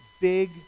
big